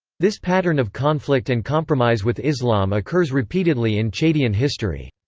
this pattern of conflict and compromise with islam occurs repeatedly in chadian history.